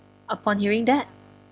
upon hearing that